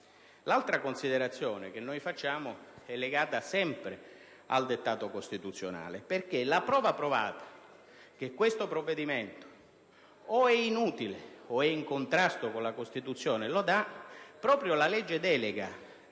nostra considerazione è sempre legata al dettato costituzionale, perché la prova provata che questo provvedimento è o inutile o in totale contrasto con la Costituzione lo dà proprio la legge delega